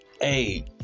Hey